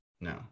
No